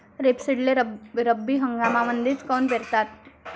रेपसीडले रब्बी हंगामामंदीच काऊन पेरतात?